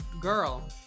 girl